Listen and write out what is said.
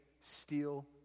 steal